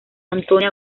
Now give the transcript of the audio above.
antonia